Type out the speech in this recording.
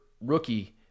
rookie